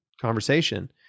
conversation